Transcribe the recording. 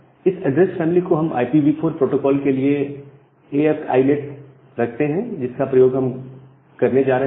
इस address family को हम IPv4 प्रोटोकॉल के लिए एएफ आईनेट AF NET रखते हैं जिसका प्रयोग हम करने जा रहे हैं